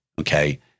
okay